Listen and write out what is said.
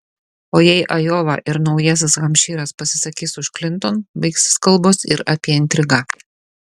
o jei ajova ir naujasis hampšyras pasisakys už klinton baigsis kalbos ir apie intrigą